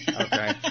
Okay